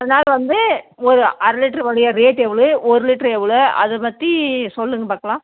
அதனால் வந்து ஒரு அரை லிட்ருடைய ரேட்டு எவ்வளு ஒரு லிட்ரு எவ்வளோ அதைப் பற்றி சொல்லுங்கள் பார்க்லாம்